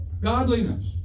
godliness